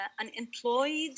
unemployed